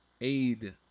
aid